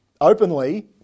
openly